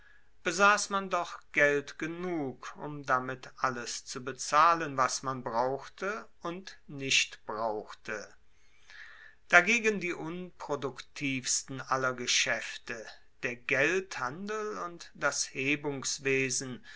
besass man doch geld genug um damit alles zu bezahlen was man brauchte und nicht brauchte dagegen die unproduktivsten aller geschaefte der geldhandel und das